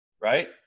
right